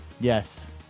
Yes